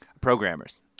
Programmers